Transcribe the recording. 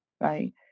right